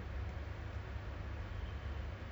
a'ah seh busy dengan kerja semua